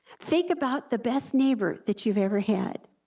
think about the best neighbor that you've ever had,